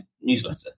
newsletter